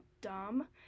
dumb